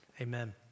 amen